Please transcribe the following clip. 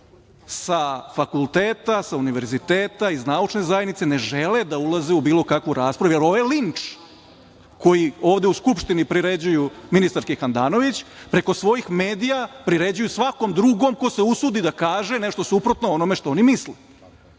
sa fakulteta, sa univerziteta, iz naučne zajednice, ne žele da ulaze u bilo kakvu raspravu, jer ovaj linč koji ovde u Skupštini priređuju ministarki Handanović preko svojih medija priređuju svakom drugom ko se usudi da kaže nešto suprotno onome što oni misle.